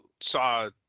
saw